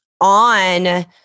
on